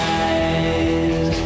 eyes